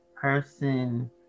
person